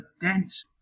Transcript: dense